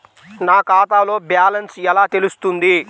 నా ఖాతాలో బ్యాలెన్స్ ఎలా తెలుస్తుంది?